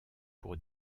pour